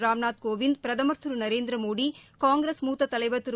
ராம்நாத் கோவிந்த் பிரதமர் திரு நரேந்திர மோடி காங்கிரஸ் மூத்த தலைவர் திரு